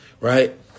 right